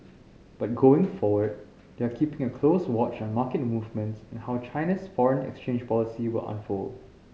but going forward they are keeping a close watch on market movements and how China's foreign exchange policy will unfold